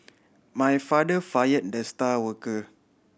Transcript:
my father fire the star worker